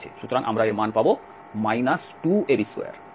সুতরাং আমরা এর মান পাব 2ab2